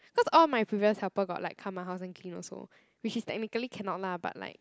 cause all of my previous helper got like come my house and clean also which is technically cannot lah but like